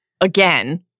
again